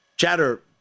chatter